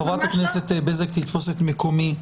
חברת הכנסת בזק תתפוס את מקומי לרגע.